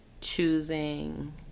choosing